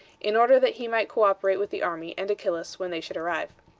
in order that he might co-operate with the army and achillas when they should arrive.